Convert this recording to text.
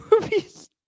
movies